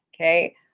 Okay